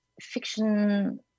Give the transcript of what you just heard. fiction